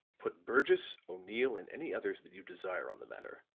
put burgess, o'neill and any others that you desire on the matter.